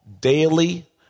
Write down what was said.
daily